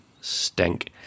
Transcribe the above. stink